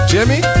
Jimmy